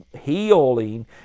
healing